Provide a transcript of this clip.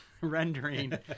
rendering